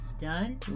done